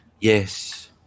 Yes